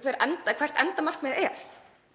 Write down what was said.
hvert endamarkmiðið er.